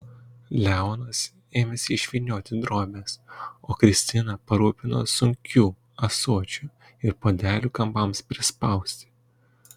leonas ėmėsi išvynioti drobes o kristina parūpino sunkių ąsočių ir puodelių kampams prispausti